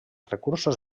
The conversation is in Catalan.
recursos